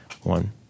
one